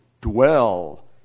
dwell